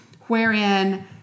wherein